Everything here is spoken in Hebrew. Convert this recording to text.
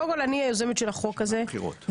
קודם כל אני היוזמת של החוק הזה והחוק